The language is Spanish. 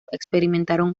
experimentaron